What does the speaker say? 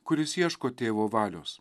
kuris ieško tėvo valios